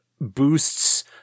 boosts